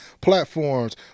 platforms